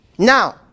Now